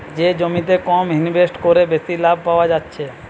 যে জমিতে কম ইনভেস্ট কোরে বেশি লাভ পায়া যাচ্ছে